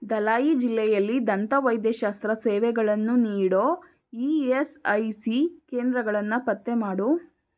ಧಲಾಯೀ ಜಿಲ್ಲೆಯಲ್ಲಿ ದಂತವೈದ್ಯಶಾಸ್ತ್ರ ಸೇವೆಗಳನ್ನು ನೀಡೋ ಇ ಎಸ್ ಐ ಸಿ ಕೇಂದ್ರಗಳನ್ನ ಪತ್ತೆ ಮಾಡು